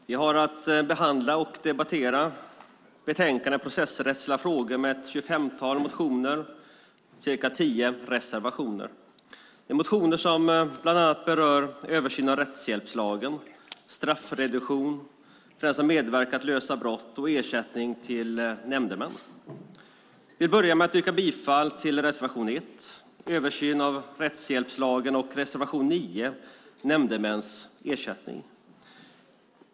Herr talman! Vi har nu att debattera betänkandet Processrättsliga frågor med ett tjugofemtal motioner och cirka tio reservationer. Motionerna berör bland annat översyn av rättshjälpslagen, straffreduktion för den som medverkar till att lösa brott samt ersättning till nämndemän. Inledningsvis yrkar jag bifall till reservation 1 om översyn av rättshjälpslagen och till reservation 9 om nämndemäns ersättning.